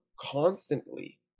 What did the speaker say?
constantly